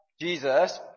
Jesus